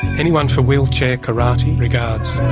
anyone for wheelchair karate? regards,